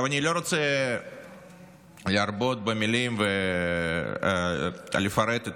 אני לא רוצה להרבות במילים ולפרט את